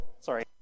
Sorry